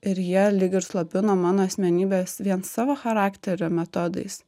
ir jie lyg ir slopino mano asmenybės vien savo charakterio metodais